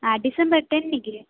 ಹಾಂ ಡಿಸೆಂಬರ್ ಟೆನ್ನಿಗೆ